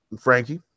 Frankie